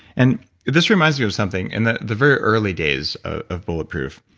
and this reminds me of something. in the the very early days of bulletproof,